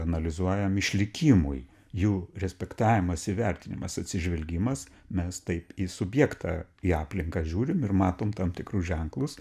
analizuojam išlikimui jų respektavimas įvertinimas atsižvelgimas mes taip į subjektą į aplinką žiūrim ir matom tam tikrus ženklus